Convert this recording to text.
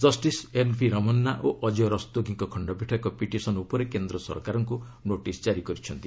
justice N V Ramana ଓ ଅଜୟ ରସ୍ତୋଗୀଙ୍କ ଖଣ୍ଡପୀଠ ଏକ ପିଟିସନ୍ ଉପରେ କେନ୍ଦ୍ର ସରକାରଙ୍କୁ ନୋଟିସ୍ କାରି କରିଛନ୍ତି